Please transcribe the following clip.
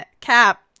Cap